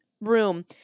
room